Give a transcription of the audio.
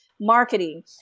marketing